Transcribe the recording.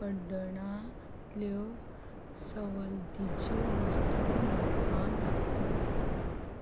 कड्डणांतल्यो सवलतीच्यो वस्तू म्हाका दाखय